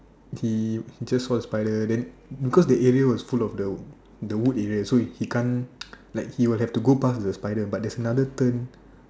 he just saw the spider then because the area was full of the the wood area so he can't like he will have to go past the spider but there's another turn